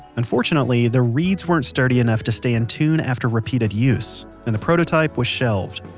unfortunately, the reeds weren't sturdy enough to stay in tune after repeated use, and the prototype was shelved.